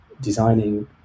designing